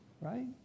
Right